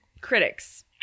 Critics